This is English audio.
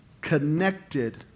connected